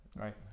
right